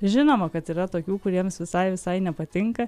žinoma kad yra tokių kuriems visai visai nepatinka